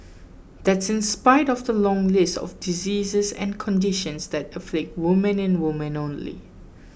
that's in spite of the long list of diseases and conditions that afflict women and women only